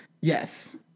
Yes